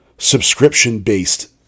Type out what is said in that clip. subscription-based